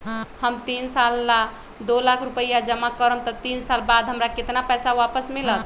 हम तीन साल ला दो लाख रूपैया जमा करम त तीन साल बाद हमरा केतना पैसा वापस मिलत?